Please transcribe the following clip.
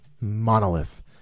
monolith